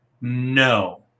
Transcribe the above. No